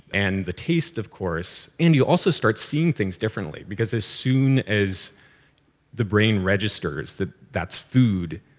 and the taste, of course, and you also start seeing things differently. because as soon as the brain registers that that's food,